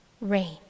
rain